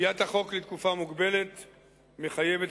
קביעת החוק לתקופה מוגבלת מחייבת,